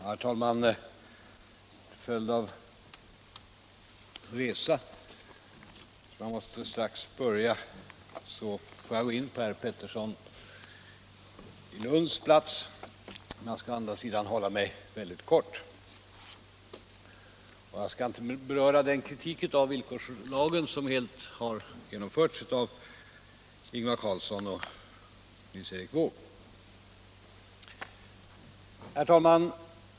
Herr talman! Till följd av en resa, som jag strax måste påbörja, får jag gå in på herr Petterssons i Lund plats på talarlistan. Jag skall å andra sidan fatta mig mycket kort. Jag skall inte beröra den kritik av villkorslagen som helt nyss har framförts av Ingvar Carlsson och Nils Erik Wååg. Herr talman!